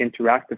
interactive